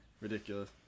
Ridiculous